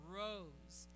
rose